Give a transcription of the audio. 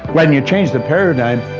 when you change the paradigm,